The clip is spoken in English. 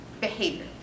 behavior